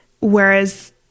Whereas